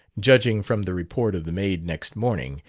judging from the report of the maid next morning,